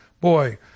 boy